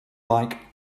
like